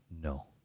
No